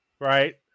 right